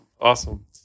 awesome